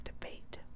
debate